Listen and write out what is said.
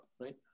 right